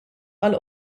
għal